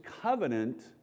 covenant